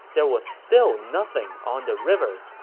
there was still nothing on the river.